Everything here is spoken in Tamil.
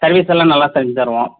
சர்வீஸெல்லாம் நல்லா செஞ்சுத் தருவோம்